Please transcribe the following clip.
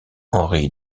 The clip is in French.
henri